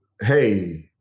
hey